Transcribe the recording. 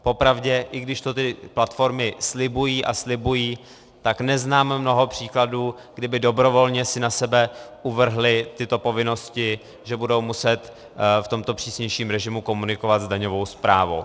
Popravdě, i když to ty platformy slibují a slibují, tak neznám mnoho příkladů, kdy by si dobrovolně na sebe uvrhly tyto povinnosti, že budou muset v tomto přísnějším režimu komunikovat s daňovou správou.